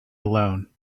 alone